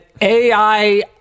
AI